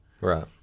Right